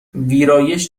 ویرایش